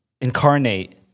incarnate